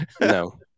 No